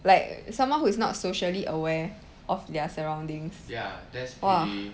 like someone who is not socially aware of their surroundings !wah!